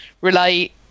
relate